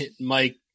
Mike